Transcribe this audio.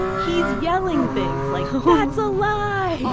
he's yelling things like that's a lie,